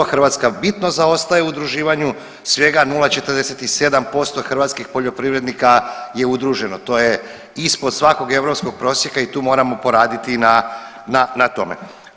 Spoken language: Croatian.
Hrvatska bitno zaostaje u udruživanju svega 0,47% hrvatskih poljoprivrednika je udruženo, to je ispod svakog europskog prosjeka i tu moramo poraditi na tome.